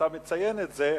ואתה מציין את זה,